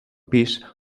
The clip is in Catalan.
pis